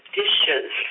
dishes